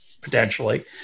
potentially